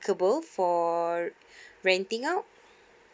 applicable for renting out